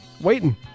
Waiting